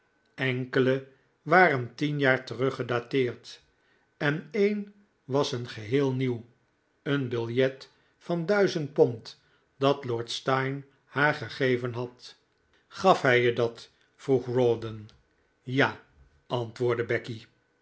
enkele waren tien jaar terug gedateerd en een was een geheel nieuw een biljet van duizend pond dat lord steyne haar gegeven had gaf hij je dat vroeg rawdon ja antwoordde becky